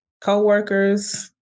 co-workers